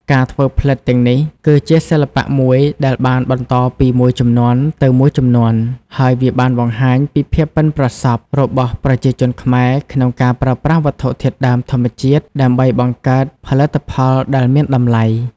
ការធ្វើផ្លិតទាំងនេះគឺជាសិល្បៈមួយដែលបានបន្តពីមួយជំនាន់ទៅមួយជំនាន់ ហើយវាបានបង្ហាញពីភាពប៉ិនប្រសប់របស់ប្រជាជនខ្មែរក្នុងការប្រើប្រាស់វត្ថុធាតុដើមធម្មជាតិដើម្បីបង្កើតផលិតផលដែលមានតម្លៃ។